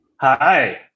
Hi